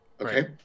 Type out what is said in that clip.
Okay